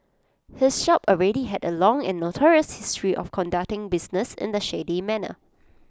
his shop already had A long and notorious history of conducting business in A shady manner